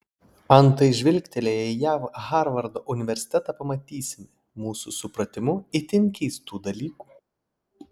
antai žvilgtelėję į jav harvardo universitetą pamatysime mūsų supratimu itin keistų dalykų